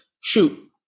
shoot